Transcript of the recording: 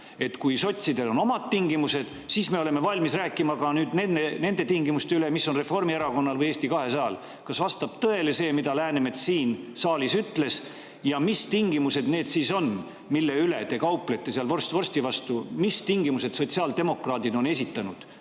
Kui sotsidel on omad tingimused, siis me oleme valmis rääkima ka nende tingimuste üle, mis on Reformierakonnal või Eesti 200‑l. Kas vastab tõele see, mida Läänemets siin saalis ütles, ja mis tingimused need siis on, mille üle te kauplete seal vorst vorsti vastu? Mis tingimused sotsiaaldemokraadid on esitanud